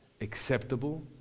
acceptable